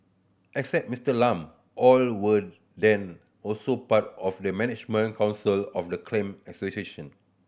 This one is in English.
except Miser Lam all were also part of the management council of the clan association